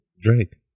Drake